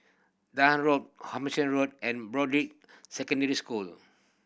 Road Road and Broadrick Secondary School